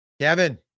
Kevin